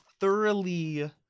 thoroughly